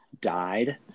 died